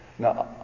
Now